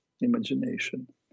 imagination